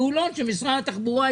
בשעות הבוקר לא.